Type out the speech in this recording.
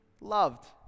loved